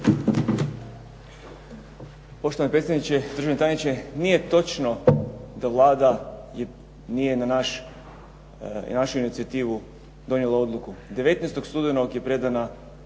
Poštovani predsjedniče, državni tajniče. Nije točno da Vlada nije na našu inicijativu donijela odluku. 19. studenog je predana,